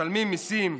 משלמים מיסים,